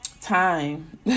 time